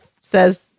says